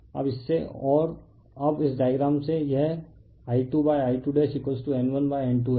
अब इससे और अब इस डायग्राम से यह I2I2N1N2 हैं